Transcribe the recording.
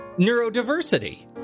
neurodiversity